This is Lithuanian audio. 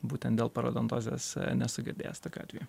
būtent dėl parodontozės nesu girdėjęs tokių atvejų